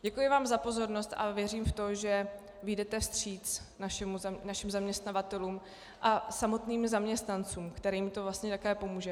Děkuji vám za pozornost a věřím v to, že vyjdete vstříc našim zaměstnavatelům a samotným zaměstnancům, kterým to vlastně také pomůže.